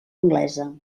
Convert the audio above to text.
anglesa